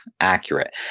accurate